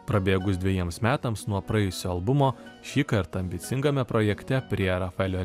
prabėgus dvejiems metams nuo praėjusio albumo šįkart ambicingame projekte prie rafaelio